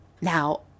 Now